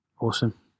Awesome